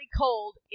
cold